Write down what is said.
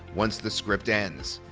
once the script ends.